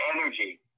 energy